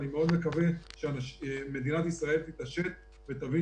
אני מאוד מקווה שמדינת ישראל תתעשת ותבין